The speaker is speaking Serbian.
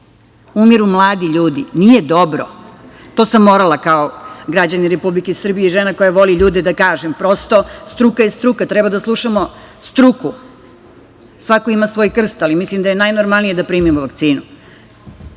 umiru mladi ljudi, nije dobro. Ovo sam morala da kažem kao građanin Republike Srbije i žena koja voli ljude. Prosto, struka je struka. Treba da slušamo struku. Svako ima svoj krst, ali mislim da je najnormalnije da primimo vakcinu. Što